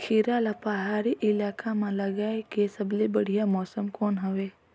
खीरा ला पहाड़ी इलाका मां लगाय के सबले बढ़िया मौसम कोन हवे?